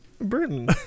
Britain